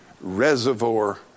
reservoir